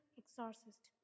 exorcist